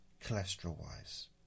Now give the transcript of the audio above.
cholesterol-wise